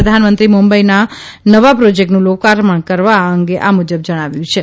પ્રધાનમંત્રી મુંબઇમાં નવા પ્રોજેક્ટનું લોકાર્પણ કરવા અંગે આ મુજબ જણાવ્યું હતું